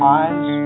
eyes